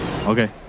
Okay